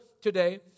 today